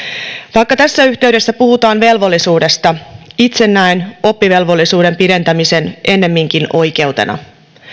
vaikka tässä yhteydessä puhutaan velvollisuudesta itse näen oppivelvollisuuden pidentämisen ennemminkin oikeutena